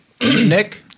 Nick